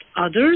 others